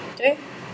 okay